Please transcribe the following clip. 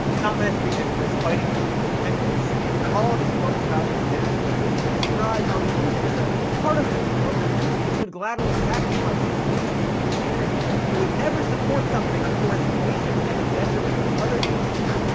not mentioning that he was fighting for independence, and all of his quotes about his nationalism describe how he views it as a part of the globe, and he would gladly sacrifice his nation for humanity, and would never support something for his nation at the detriment of other nations,